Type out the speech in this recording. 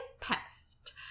pest